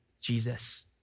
Jesus